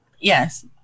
Yes